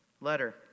letter